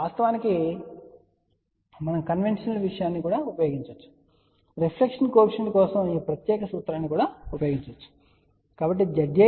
వాస్తవానికి మనం కన్వెన్షనల్ విషయాన్ని ఉపయోగించవచ్చు మరియు రిఫ్లెక్షన్ కోఎఫిషియంట్ కోసం ఈ ప్రత్యేక సూత్రాన్ని ఉపయోగించవచ్చు